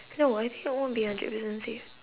no I think it won't be hundred percent safe